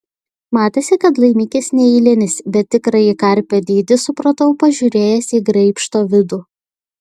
matėsi kad laimikis neeilinis bet tikrąjį karpio dydį supratau pažiūrėjęs į graibšto vidų